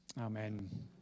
amen